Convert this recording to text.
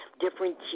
different